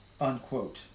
Unquote